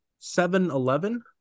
7-Eleven